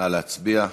נא להצביע.